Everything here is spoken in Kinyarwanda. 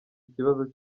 ikibazo